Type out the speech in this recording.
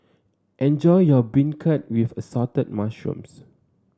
enjoy your beancurd with Assorted Mushrooms